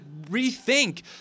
rethink